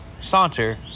saunter